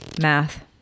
math